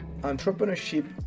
entrepreneurship